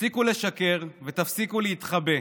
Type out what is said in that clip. תפסיקו לשקר ותפסיקו להתחבא.